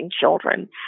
children